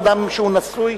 אדם שהוא נשוי,